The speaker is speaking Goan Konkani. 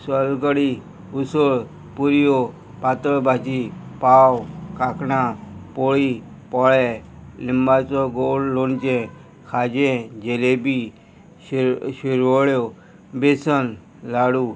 सोलकडी उसळ पुरयो पातळ भाजी पाव कांकणां पोळी पोळे लिंबाचो गोड लोणचें खाजें जेलेबी शेर शिरवळ्यो बेसन लाडू